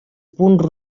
punt